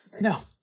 No